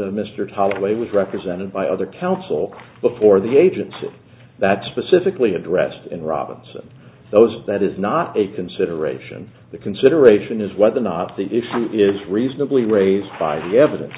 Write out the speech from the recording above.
that mr holloway was represented by other counsel before the agency that specifically addressed in robinson those that is not a consideration the consideration is whether or not the issue is reasonably raised by the evidence